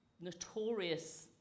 notorious